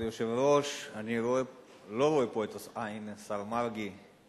כבוד היושב-ראש, כבוד השר מרגי,